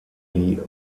die